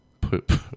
put